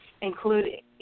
including